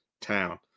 town